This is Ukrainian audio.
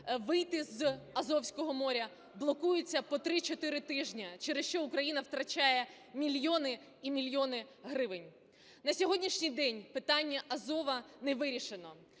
вийти з Азовського моря, блокуються по 3-4 тижні, через що Україна втрачає мільйони і мільйони гривень. На сьогоднішній день питання Азова не вирішено,